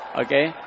Okay